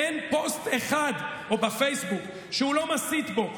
אין פוסט אחד שהוא לא מסית בו.